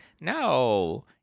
No